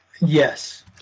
Yes